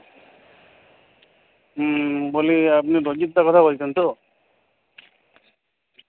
হুম বলি আপনি রঞ্জিতদা কথা বলছেন তো